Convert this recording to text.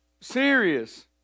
Serious